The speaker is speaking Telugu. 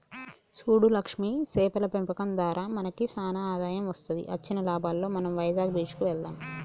సూడు లక్ష్మి సేపల పెంపకం దారా మనకి సానా ఆదాయం వస్తది అచ్చిన లాభాలలో మనం వైజాగ్ బీచ్ కి వెళ్దాం